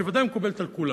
שהיא בוודאי מקובלת על כולם.